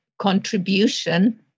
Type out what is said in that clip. contribution